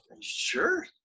sure